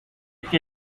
que